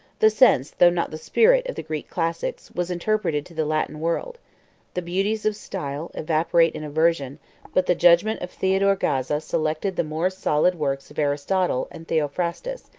the sense, though not the spirit, of the greek classics, was interpreted to the latin world the beauties of style evaporate in a version but the judgment of theodore gaza selected the more solid works of aristotle and theophrastus,